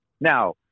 Now